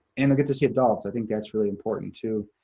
and they'll get to see adults, i think that's really important, too.